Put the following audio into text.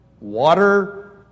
water